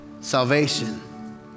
salvation